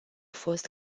fost